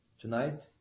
Tonight